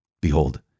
Behold